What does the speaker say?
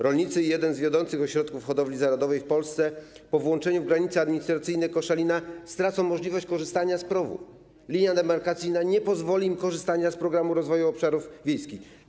Rolnicy i jeden z wiodących ośrodków hodowli zarodowej w Polsce po włączeniu w granice administracyjne Koszalina stracą możliwość korzystania z PROW-u - linia demarkacyjna nie pozwoli im korzystać z Programu Rozwoju Obszarów Wiejskich.